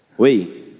we